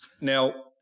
Now